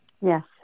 Yes